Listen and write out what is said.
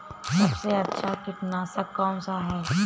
सबसे अच्छा कीटनाशक कौनसा है?